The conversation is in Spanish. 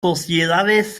sociedades